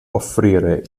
offrire